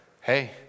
hey